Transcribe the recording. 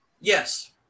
Yes